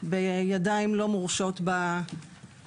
אל ידיים לא מורשות בציבור.